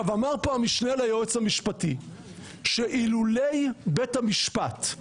אמר כאן המשנה ליועצת המשפטית שאילולא בית המשפט,